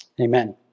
Amen